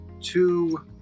two